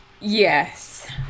Yes